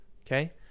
okay